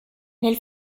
nel